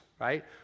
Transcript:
right